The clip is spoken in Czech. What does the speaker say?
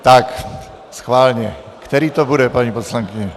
Tak schválně, který to bude, paní poslankyně.